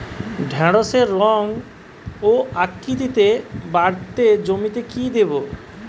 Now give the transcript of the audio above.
ঢেঁড়সের রং ও আকৃতিতে বাড়াতে জমিতে কি দেবো?